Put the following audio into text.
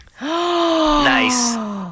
Nice